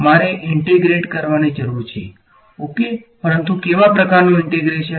મારે ઈંટેગ્રેટ કરવાની જરૂર છેઓકે પરંતુ કેવા પ્રકારનું ઈંટેગ્રેશન